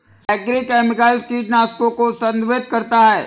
agrochemicals कीटनाशकों को संदर्भित करता है